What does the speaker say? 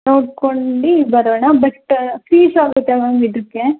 ನೋಡ್ಕೊಂಡು ಬರೋಣ but fees ಆಗುತ್ತೆ ಮ್ಯಾಮ್ ಇದಕ್ಕೆ